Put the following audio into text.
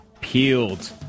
peeled